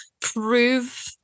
prove